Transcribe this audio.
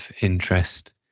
interest